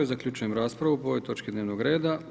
Zaključujem raspravu po ovoj točki dnevnog reda.